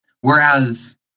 Whereas